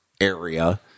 area